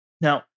Now